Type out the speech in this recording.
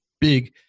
big